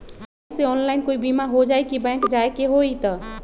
Bank से online कोई बिमा हो जाई कि बैंक जाए के होई त?